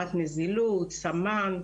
סמן,